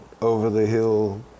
over-the-hill